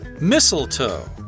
Mistletoe